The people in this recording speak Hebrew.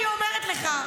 אני אומרת לך,